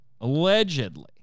allegedly